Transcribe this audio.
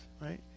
right